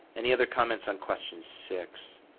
any other comments on question six?